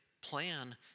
plan